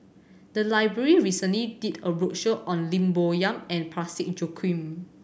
the library recently did a roadshow on Lim Bo Yam and Parsick Joaquim